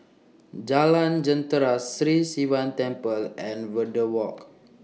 Jalan Jentera Sri Sivan Temple and Verde Walk